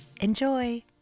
Enjoy